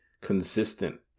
consistent